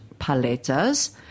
paletas